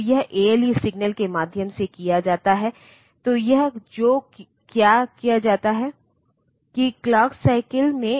तो यह address bus unidirectional है और यह प्रोसेसर से बाहर जा रहा है आउटपुट है